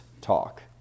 talk